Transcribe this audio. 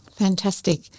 Fantastic